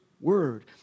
word